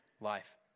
life